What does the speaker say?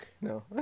No